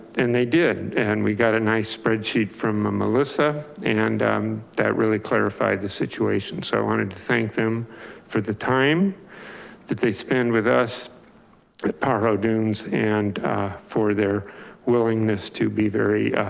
and they did, and we got a nice spreadsheet from melissa and um that really clarified the situation. so i wanted to thank them for the time that they spend with us pajaro dunes and for their willingness to be very